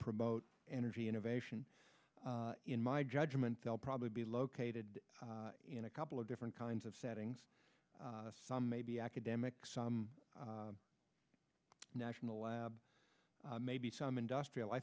promote energy innovation in my judgment they'll probably be located in a couple of different kinds of settings some may be academic some national lab maybe some industrial i